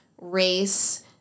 race